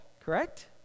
correct